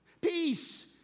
Peace